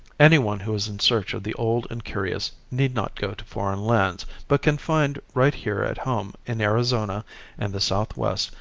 anyone who is in search of the old and curious, need not go to foreign lands, but can find right here at home in arizona and the southwest,